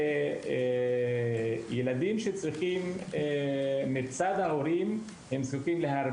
אלו ילדים שזקוקים לעזרה רבה של ההורים.